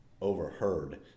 overheard